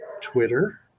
Twitter